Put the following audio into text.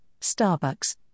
Starbucks